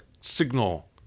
signal